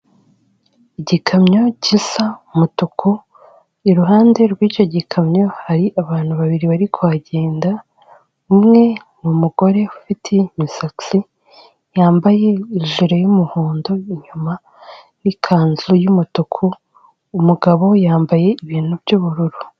Igikamyo gisa umutuku, iruhande rw'icyo gikamyo hari abantu babiri bari kuhagenda, umwe ni umugore ufite imisatsi, yambaye ijire y'umuhondo inyuma n'ikanzu y'umutuku, umugabo yambaye ibintu by'ubururu.